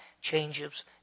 changes